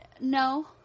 no